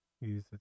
use